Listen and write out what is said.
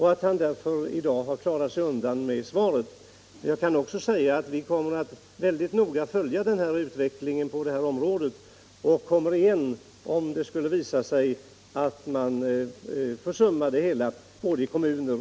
Han har därför i dag klarat sig undan med sitt svar. Jag kan också säga att vi kommer att följa utvecklingen på detta område mycket noga och att vi kommer igen, om det skulle visa sig att kommuner och regering gör sig skyldiga till försummelser.